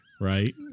right